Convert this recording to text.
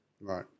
Right